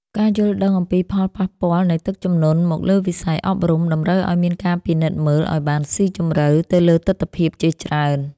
ការយល់ដឹងអំពីផលប៉ះពាល់នៃទឹកជំនន់មកលើវិស័យអប់រំ តម្រូវឱ្យមានការពិនិត្យមើលឱ្យបានស៊ីជម្រៅទៅលើទិដ្ឋភាពជាច្រើន។